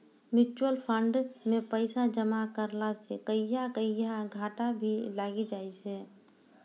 mutual fund मे पैसा जमा करला से कहियो कहियो घाटा भी लागी जाय छै